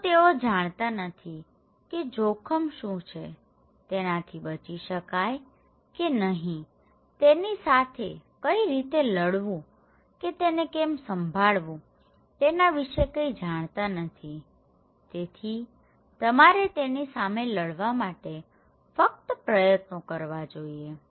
તો તેઓ જાણતાં નથી કે જોખમ શું છેતેનાથી બચી શકાય કે નહીંતેની સાથે કઈ રીતે લડવું કે તેને કેમ સંભાળવું તેના વિશે કઈ જાણતા નથી તેથી તમારે તેની સામે લડવા માટે ફક્ત પ્રયત્નો કરવા જોઈએ